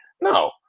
no